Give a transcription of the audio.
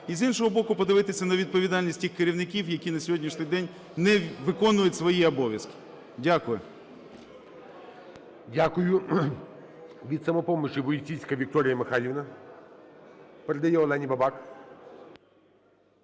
І, з іншого боку, подивитися на відповідальність тих керівників, які на сьогоднішній день не виконують свої обов'язки. Дякую. ГОЛОВУЮЧИЙ. Дякую. Від "Самопомочі" Войціцька Вікторія Михайлівна передає Олені Бабак.